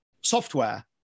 software